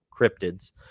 cryptids